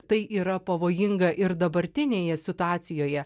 tai yra pavojinga ir dabartinėje situacijoje